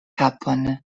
kapon